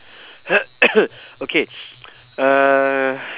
okay uh